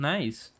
Nice